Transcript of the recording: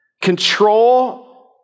control